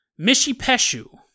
Mishipeshu